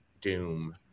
Doom